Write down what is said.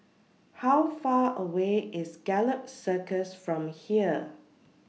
How Far away IS Gallop Circus from here